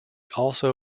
also